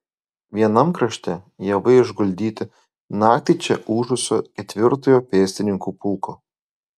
vienam krašte javai išguldyti naktį čia ūžusio ketvirtojo pėstininkų pulko